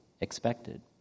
expected